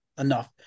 enough